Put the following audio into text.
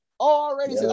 Already